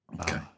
Okay